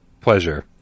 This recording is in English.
pleasure